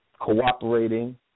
cooperating